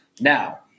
Now